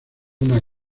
una